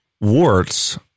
warts